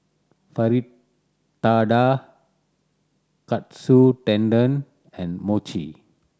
Fritada Katsu Tendon and Mochi